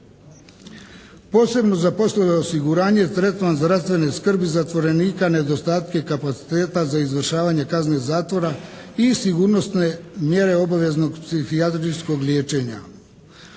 Posebno za poslove osiguranja tretman zdravstvene skrbi zatvorenika, nedostatke kapaciteta za izvršavanje kazne zatvora i sigurnosne mjere obaveznog psihijatrijskog liječenja.